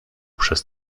przez